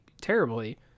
terribly